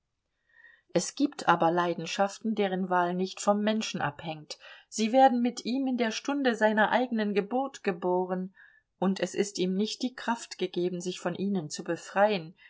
es gibt aber leidenschaften deren wahl nicht vom menschen abhängt sie werden mit ihm in der stunde seiner eigenen geburt geboren und es ist ihm nicht die kraft gegeben sich von ihnen zu befreien